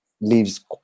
leaves